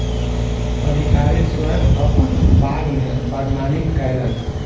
अधिकारी स्वयं अपन बाग में बागवानी कयलैन